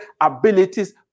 abilities